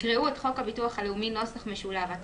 "הצעת חוק הביטוח הלאומי (תיקון מס' 218, הוראת